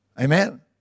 Amen